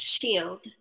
shield